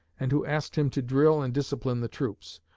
and who asked him to drill and discipline the troops.